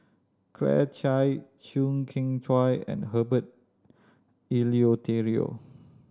Claire Chiang Chew Kheng Chuan and Herbert Eleuterio